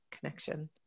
connection